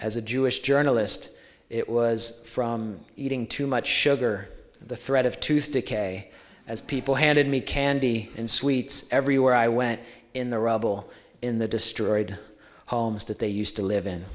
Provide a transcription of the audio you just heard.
as a jewish journalist it was from eating too much sugar the threat of tooth decay as people handed me candy and sweets everywhere i went in the rubble in the destroyed homes that they used to live in